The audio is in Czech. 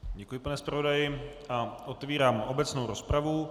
Děkuji, pane zpravodaji, a otvírám obecnou rozpravu.